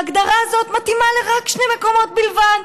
וההגדרה זאת מתאימה לשני מקומות בלבד: